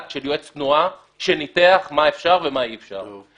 של יועץ תנועה שניתח מה אפשר ומה אי אפשר.